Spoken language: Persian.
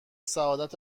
سعادت